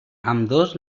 ambdós